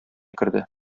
керде